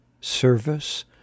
service